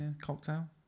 Cocktail